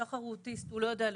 שחר הוא אוטיסט, הוא לא יודע לשקר.